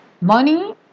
Money